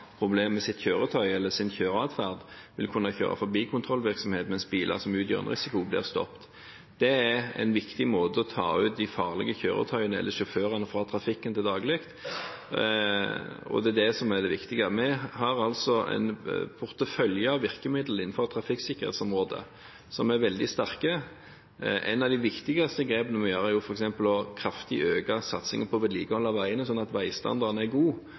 med sitt kjøretøy eller sin kjøreatferd, vil kunne kjøre forbi kontrollvirksomheten, mens biler som utgjør en risiko, blir stoppet. Det er en viktig måte å ta de farlige kjøretøyene eller sjåførene i trafikken ut på til daglig, og det er det som er det viktige. Vi har altså en portefølje av virkemidler innenfor trafikksikkerhetsområdet som er veldig sterke. Et av de viktigste grepene vi gjør, er f.eks. å øke satsingen på vedlikehold av veiene kraftig, sånn at veistandarden er god